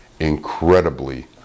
incredibly